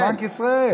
לא אליך, אל בנק ישראל.